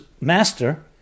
master